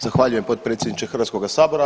Zahvaljujem potpredsjedniče Hrvatskoga sabora.